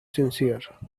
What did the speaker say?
sincere